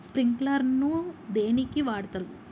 Sprinkler ను దేనికి వాడుతరు?